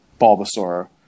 Bulbasaur